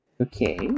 Okay